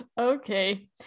Okay